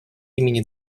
имени